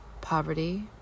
poverty